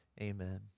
amen